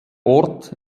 ort